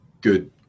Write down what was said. good